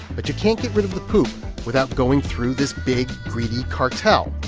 but you can't get rid of the poop without going through this big, greedy cartel.